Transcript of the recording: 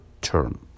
term